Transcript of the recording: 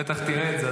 בטח תראה את זה,